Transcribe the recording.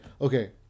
okay